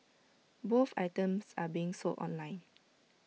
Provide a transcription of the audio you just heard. both items are being sold online